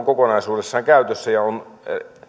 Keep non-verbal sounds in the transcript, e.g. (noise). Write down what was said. (unintelligible) kokonaisuudessaan käytössä ja on